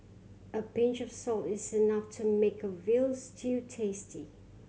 a pinch of salt is enough to make a veal stew tasty